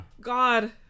god